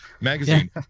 magazine